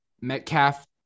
Metcalf